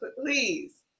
please